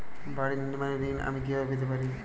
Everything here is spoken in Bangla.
বাড়ি নির্মাণের ঋণ আমি কিভাবে পেতে পারি?